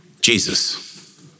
Jesus